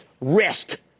risk